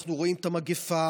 ואנחנו רואים את המגפה,